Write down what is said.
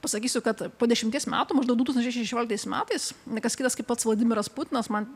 pasakysiu kad po dešimties metų maždaug du tūkstančiai šešioliktais metais ne kas kitas kaip pats vladimiras putinas man